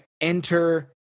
enter